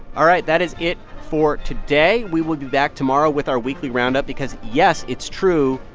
all right. that is it for today. we will be back tomorrow with our weekly roundup because, yes, it's true,